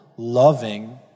loving